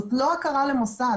זאת לא הכרה למוסד.